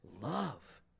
love